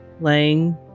laying